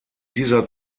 dieser